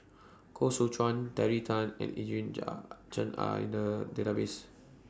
Koh Seow Chuan Terry Tan and Eugene Chen Are in The Database